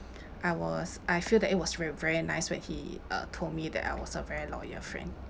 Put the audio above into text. I was I feel that it was very very nice when he uh told me that I was a very loyal friend